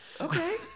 Okay